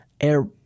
air